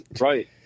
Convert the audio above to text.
right